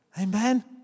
Amen